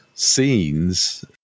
scenes